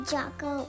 Jocko